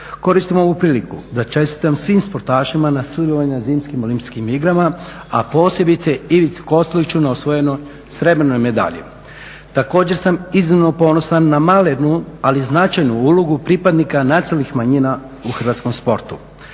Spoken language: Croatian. Koristim ovu priliku da čestitam svim sportašima na sudjelovanju na Zimskim olimpijskim igrama, a posebice Ivici Kosteliću na osvojenoj srebrnoj medalji. Također sam iznimno ponosan na malenu ali značajnu ulogu pripadnika nacionalnih manjina u hrvatskom sportu.